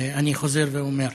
אני חוזר ואומר.